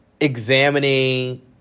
examining